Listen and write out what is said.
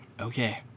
okay